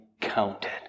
counted